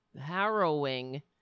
harrowing